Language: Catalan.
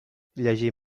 llegir